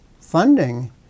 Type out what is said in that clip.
funding